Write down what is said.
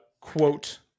quote